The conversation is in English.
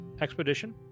Expedition